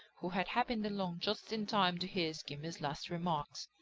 who had happened along just in time to hear skimmer's last remarks.